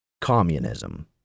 Communism